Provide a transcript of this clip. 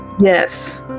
yes